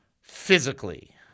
physically